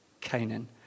Canaan